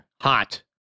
Hot